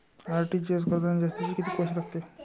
RTGS करतांनी जास्तचे कितीक पैसे लागते?